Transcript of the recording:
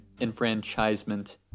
enfranchisement